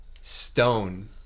stone